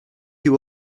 you